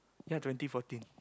ya twenty fourteen